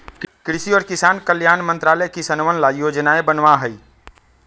कृषि और किसान कल्याण मंत्रालय किसनवन ला योजनाएं बनावा हई